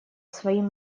своим